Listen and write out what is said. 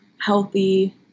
healthy